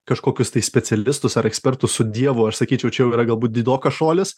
kažkokius tai specialistus ar ekspertus su dievu aš sakyčiau čia jau yra galbūt didokas šuolis